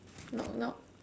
knock knock